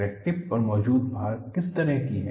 crack tip पर मौजूद भार किस तरह की है